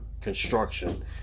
construction